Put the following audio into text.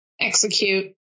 execute